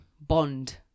bond